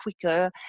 quicker